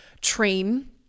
train